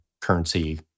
currency